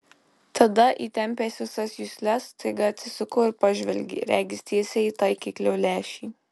tada įtempęs visas jusles staiga atsisuko ir pažvelgė regis tiesiai į taikiklio lęšį